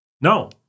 No